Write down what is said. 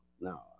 no